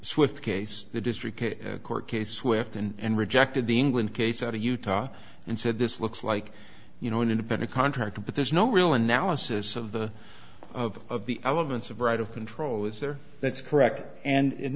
swift case the district court case swift and rejected the england case out of utah and said this looks like you know an independent contractor but there's no real analysis of the of the elements of right of control is there that's correct and